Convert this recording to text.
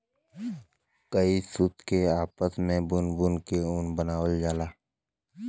कई सूत के आपस मे बुन बुन के ऊन बनावल जाला